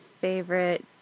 favorite